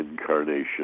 incarnation